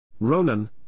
Ronan